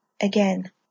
Again